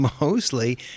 mostly